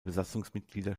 besatzungsmitglieder